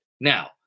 Now